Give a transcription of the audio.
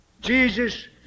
Jesus